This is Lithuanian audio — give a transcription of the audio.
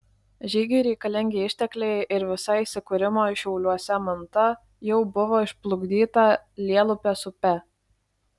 žygiui reikalingi ištekliai ir visa įsikūrimo šiauliuose manta jau buvo išplukdyta lielupės upe